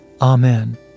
Amen